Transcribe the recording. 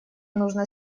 нужно